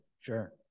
Sure